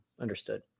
Understood